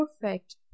perfect